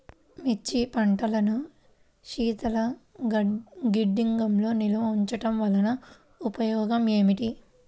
మిర్చి పంటను శీతల గిడ్డంగిలో నిల్వ ఉంచటం వలన ఉపయోగం ఏమిటి?